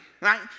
right